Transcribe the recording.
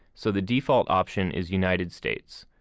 so the default option is united states.